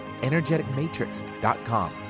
energeticmatrix.com